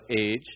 age